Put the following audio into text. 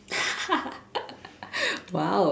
!wow!